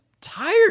tired